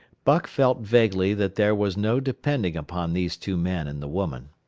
buck felt vaguely that there was no depending upon these two men and the woman.